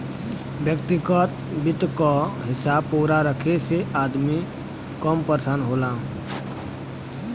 व्यग्तिगत वित्त क हिसाब पूरा रखे से अदमी कम परेसान होला